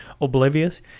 oblivious